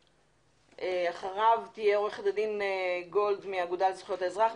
ואחריו עו"ד גילד מהאגודה לזכויות האזרח.